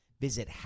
Visit